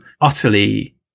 utterly